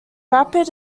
rapid